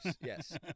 yes